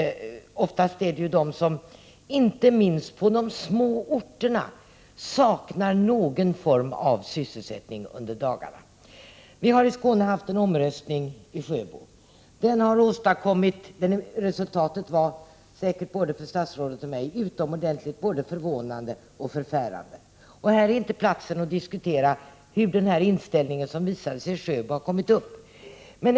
Oftast är det de som inte minst på de små orterna saknar någon form av sysselsättning under dagarna. I Sjöbo i Skåne genomfördes en folkomröstning. Resultatet var för mig och säkert också för statsrådet utomordentligt förvånande och förfärande. Här är inte platsen att diskutera hur den inställning som visade sig i Sjöbo har kommit till.